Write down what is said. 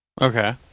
Okay